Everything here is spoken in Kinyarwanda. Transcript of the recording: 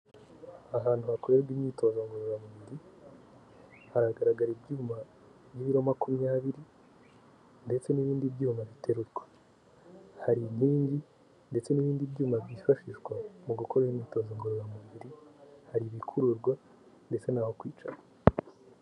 Ahantu hakorerwa imyitozo ngororamubiri, haragaragara ibyuma by'ibiro makumyabiri ndetse n'ibindi byuma biterurwa. Hari inkingi ndetse n'ibindi byuma byifashishwa mu gukora imyitozo ngororamubiri, hari ibikururwa ndetse n'aho kwicara.